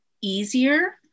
easier